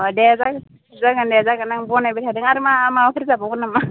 अ दे जागोन जागोन दे जागोन आं बानायबाय थादों आरो मा माबाफोर जाबावगोन नामा